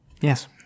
Yes